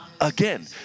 Again